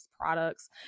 products